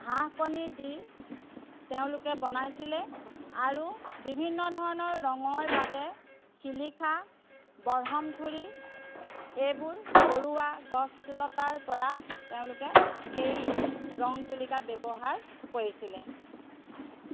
হাঁহ কণী দি তেওঁলোকে বনাইছিলে আৰু বিভিন্ন ধৰণৰ ৰঙৰ বাবে শিলিখা বৰহমথুৰি এইবোৰ ঘৰুৱা গছ লতাৰপৰা তেওঁলোকে সেই ৰং তুলিকা ব্যৱহাৰ কৰিছিলে